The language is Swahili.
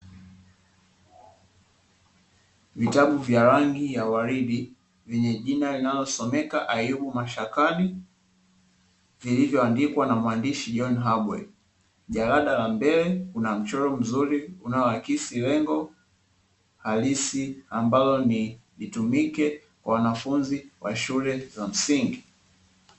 Vitabu vya rangi ya uwaridi, vyenye jina linalosomeka "Ayubu mashakani", vilivyoandikwa na mwandishi John Habwe, jalada la mbele kuna mchoro mzuri unaoakisi lengo halisi ambalo ni itumike kwa wanafunzi wa shule za msingi.